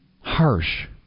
harsh